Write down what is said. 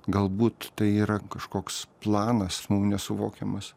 galbūt tai yra kažkoks planas mum nesuvokiamas